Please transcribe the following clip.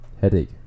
Headache